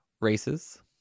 Races